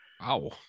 Wow